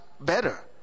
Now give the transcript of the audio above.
better